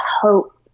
hope